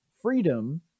Freedom